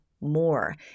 more